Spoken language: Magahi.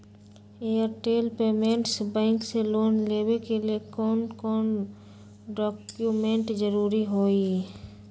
एयरटेल पेमेंटस बैंक से लोन लेवे के ले कौन कौन डॉक्यूमेंट जरुरी होइ?